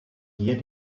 hier